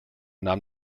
nahm